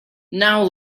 now